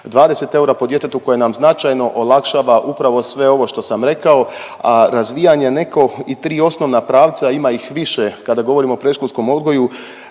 20 eura po djetetu koje nam značajno olakšava upravo sve ovo što sam rekao, a razvijanje neko i 3 osnovna pravca, ima ih više kada govorimo o predškolskom odgoju,